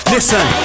Listen